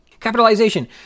Capitalization